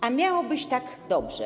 A miało być tak dobrze.